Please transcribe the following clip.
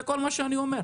זה כל מה שאני אומר.